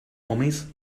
homies